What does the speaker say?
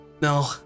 no